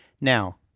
Now